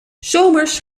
zomers